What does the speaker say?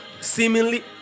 seemingly